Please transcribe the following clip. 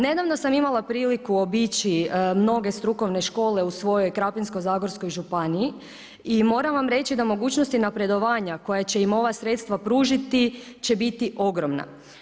Nedavno sam imala priliku obići mnoge strukovne škole u svojoj Krapinskoj zagorskoj županiji i moram reći, da mogućnosti napredovanja, koja će im ova sredstva pružiti će biti ogromna.